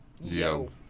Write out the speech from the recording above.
Yo